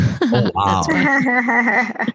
Wow